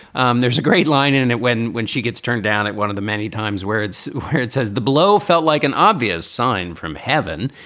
um there's a great line in and it when when she gets turned down at one of the many times where it's it says the blow felt like an obvious sign from heaven,